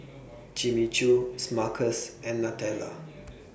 Jimmy Choo Smuckers and Nutella